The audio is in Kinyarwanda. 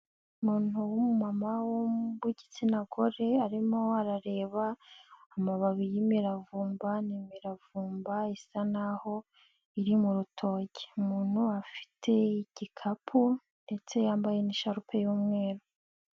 Umuntu w'mama w'igitsina gore arimo arareba amababi y'imiravumba, ni imiravumba isa naho iri mu rutoke umuntu afite igikapu ndetse yambaye n'isharupe y'umweru.